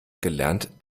gelernt